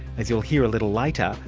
as you'll hear a little later,